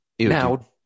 Now